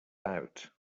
out